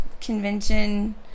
convention